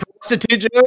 prostitute